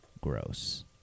gross